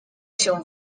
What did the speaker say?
się